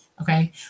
Okay